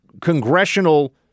congressional